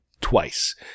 twice